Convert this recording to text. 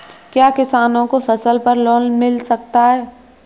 क्या किसानों को फसल पर लोन मिल सकता है?